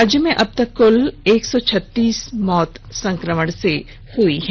राज्य में अबतक कुल एक सौ छतीस मौत संक्रमण से हुई है